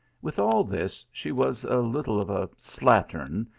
with all this she was a little of a slattern,